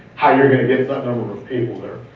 how you're gonna get that number of people there.